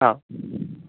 ആ